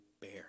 bear